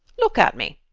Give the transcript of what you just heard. look at me!